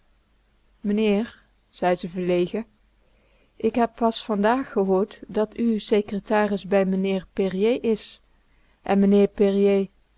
meneer zei ze verlegen ik heb pas vandaag gehoord dat u secretaris bij meneer périer is en meneer